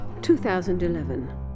2011